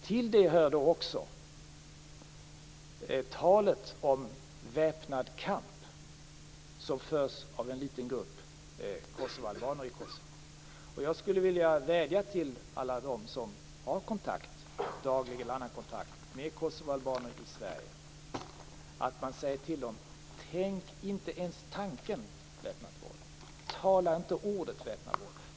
Till detta hör också talet om en väpnad kamp som förs av en liten grupp kosovoalbaner i Kosovo. Jag skulle vilja vädja till alla dem som har daglig eller annan kontakt med kosovoalbaner i Sverige att säga till dem: Tänk inte ens tanken väpnat våld! Uttala inte orden väpnat våld!